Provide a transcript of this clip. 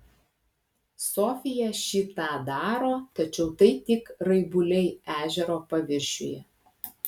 sofija šį tą daro tačiau tai tik raibuliai ežero paviršiuje